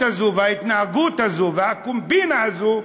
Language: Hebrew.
ההתנהלות הזו וההתנהגות הזו והקומבינה הזו